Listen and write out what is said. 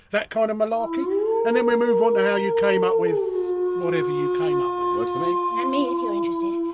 that kind of malarkey and then we'll move on to how you came up with whatever you came up with. works for me! and me, if you're interested.